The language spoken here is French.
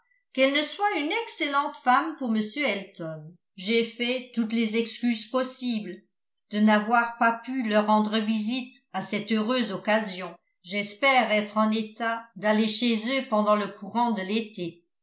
qu'elle ne soit une excellente femme pour m elton j'ai fait toutes les excuses possibles de n'avoir pas pu leur rendre visite à cette heureuse occasion j'espère être en état d'aller chez eux pendant le courant de l'été